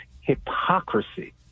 hypocrisy